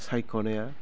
सायख'नाया